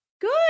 good